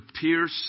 pierce